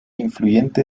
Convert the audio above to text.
influyente